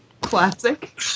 classic